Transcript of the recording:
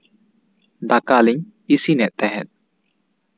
ᱫᱟᱠᱟᱞᱤᱧ ᱤᱥᱤᱱᱮᱫ ᱛᱟᱦᱮᱸᱫ